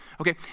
Okay